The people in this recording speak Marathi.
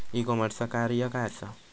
ई कॉमर्सचा कार्य काय असा?